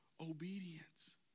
obedience